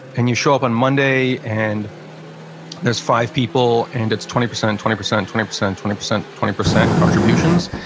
and you show up on monday and there's five people, and it's twenty percent, twenty percent, twenty percent, twenty percent, twenty percent contributions.